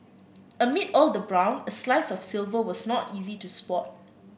amid all the brown a slice of silver was not easy to spot